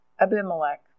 Abimelech